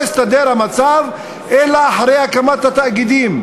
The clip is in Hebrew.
והמצב לא הסתדר אלא אחרי הקמת התאגידים.